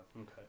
Okay